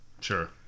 sure